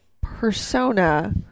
persona